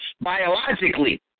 biologically